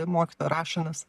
mokytoja rašo nes